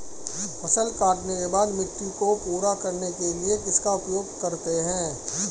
फसल काटने के बाद मिट्टी को पूरा करने के लिए किसका उपयोग करते हैं?